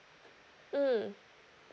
mm